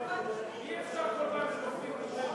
אי-אפשר כל פעם שנוקבים בשם.